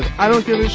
i have this